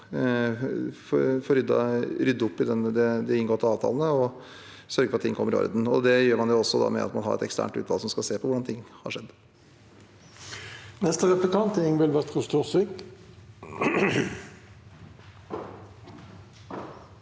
skal rydde opp i de inngåtte avtalene og sørge for at ting kommer i orden. Det gjør man også ved at man har et eksternt utvalg som skal se på hvordan ting har skjedd. Ingvild Wetrhus Thorsvik